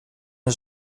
een